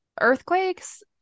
Earthquakes